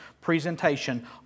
presentation